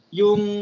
yung